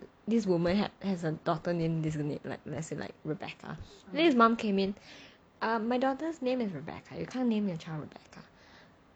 this woman has a daughter named this unique like like as in like rebecca then his mom came in um my daughter's name is rebecca you can't name your child rebecca